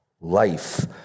life